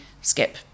skip